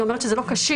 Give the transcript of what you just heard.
היא אומרת שזה לא קשיח.